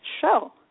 show